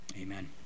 amen